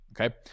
Okay